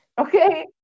okay